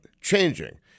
changing